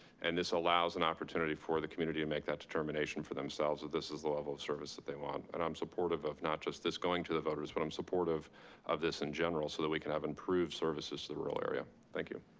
and this allows an opportunity for the community to and make that determination for themselves that this is the level of service that they want. and i'm supportive of not just this going to the voters, but i'm supportive of this in general, so that we can have improved services to the rural area. thank you.